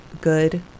good